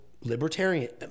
Libertarian